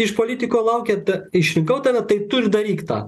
iš politiko laukia ta išrinkau tave tai tu ir daryk tą